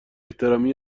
احترامی